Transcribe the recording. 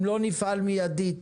אם לא נפעל מיידית,